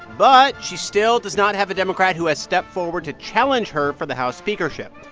but she still does not have a democrat who has stepped forward to challenge her for the house speakership.